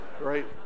Right